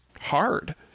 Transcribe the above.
hard